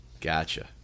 Gotcha